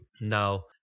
Now